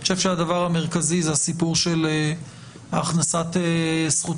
אני חושב שהדבר המרכזי זה הסיפור של הכנסת זכות